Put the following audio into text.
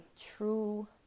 true